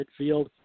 midfield